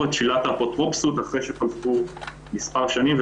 את שאלת האפוטרופסות אחרי שחלפו מספר שנים.